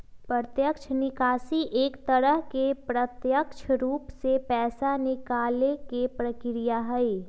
प्रत्यक्ष निकासी एक तरह से प्रत्यक्ष रूप से पैसा निकाले के प्रक्रिया हई